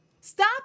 Stop